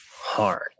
hard